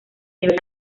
nivel